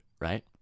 right